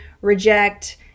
reject